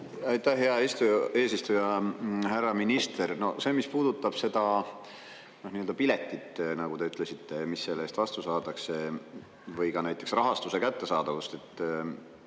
Aitäh, hea eesistuja! Härra minister! See, mis puudutab seda piletit, nagu te ütlesite, mis selle eest vastu saadakse, või ka näiteks rahastuse kättesaadavust.